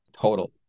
total